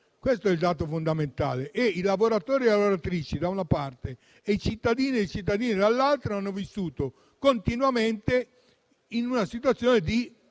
trovato una soluzione e i lavoratori e le lavoratrici, da una parte, e i cittadini e le cittadine, dall'altra, hanno vissuto continuamente in una situazione di